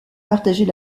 partageait